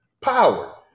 power